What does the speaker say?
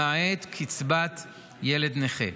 למעט קצבת ילד נכה.